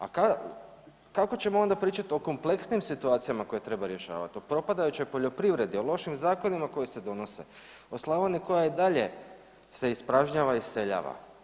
A kako ćemo onda pričati o kompleksnim situacijama koje treba rješavati, o propadajućoj poljoprivredi, o lošim zakonima koji se donose, o Slavoniji koja i dalje se ispražnjava i iseljava.